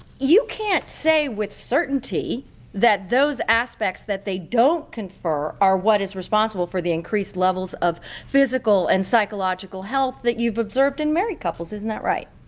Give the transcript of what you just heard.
you can't say with certainty that those aspects that they don't confer are what is responsible for the increased levels of physical and psychological health that you've observed in married couples isn't that right?